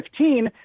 2015